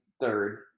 third